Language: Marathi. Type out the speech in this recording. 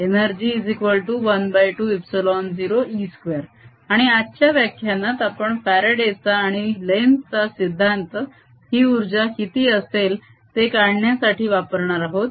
Energy120E2 आणि आजच्या व्याख्यानात आपण फ्यारडेचा आणि लेन्झ चा सिद्धांत ही उर्जा किती असेल ते काढण्यासाठी वापरणार आहोत